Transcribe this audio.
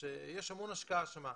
שיש המון השקעה שם,